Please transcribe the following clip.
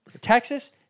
Texas